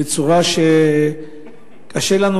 בצורה שקשה לנו,